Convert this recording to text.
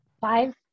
five